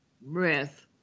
breath